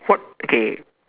what okay